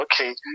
Okay